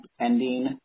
ending